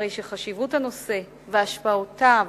הרי שחשיבות הנושא והשפעותיו